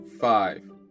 five